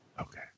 Okay